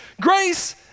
grace